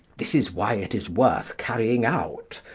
this is why it is worth carrying out,